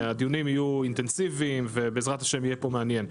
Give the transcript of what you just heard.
הדיונים יהיו אינטנסיביים ובעזרת ה' יהיה פה מעניין.